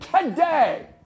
Today